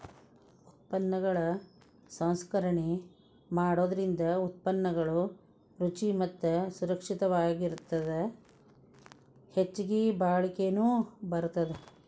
ಉತ್ಪನ್ನಗಳ ಸಂಸ್ಕರಣೆ ಮಾಡೋದರಿಂದ ಉತ್ಪನ್ನಗಳು ರುಚಿ ಮತ್ತ ಸುರಕ್ಷಿತವಾಗಿರತ್ತದ ಹೆಚ್ಚಗಿ ಬಾಳಿಕೆನು ಬರತ್ತದ